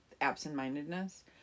absent-mindedness